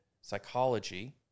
psychology